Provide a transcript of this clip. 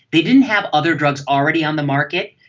they didn't have other drugs already on the market,